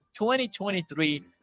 2023